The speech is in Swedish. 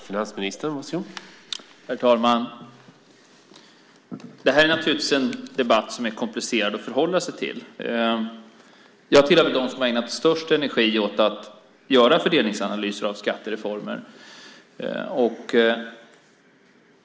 Herr talman! Det här är naturligtvis en debatt som är komplicerad att förhålla sig till. Jag tillhör dem som har ägnat störst energi åt att göra fördelningsanalyser av skattereformer.